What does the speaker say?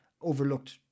overlooked